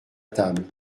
table